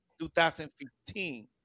2015